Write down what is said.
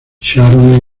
sharon